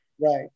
Right